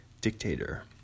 dictator